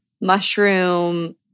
mushroom